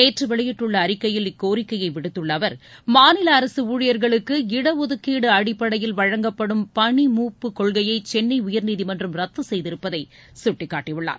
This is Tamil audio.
நேற்று வெளியிட்டுள்ள அறிக்கையில் இக்கோரிக்கையை விடுத்துள்ள அவர் மாநில அரசு ஊழியர்களுக்கு இடஒதுக்கீடு அடிப்படையில் வழங்கப்படும் பணிமூப்பு கொள்கையை சென்னை உயர்நீதிமன்றம் ரத்து கெய்திருப்பதை சுட்டிக்காட்டியுள்ளார்